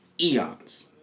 eons